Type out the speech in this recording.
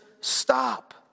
stop